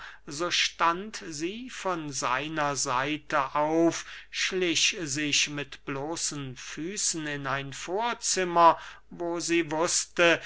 so stand sie von seiner seite auf schlich sich mit bloßen füßen in ein vorzimmer wo sie wußte